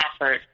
effort